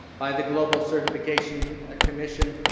by the global certification ah commission,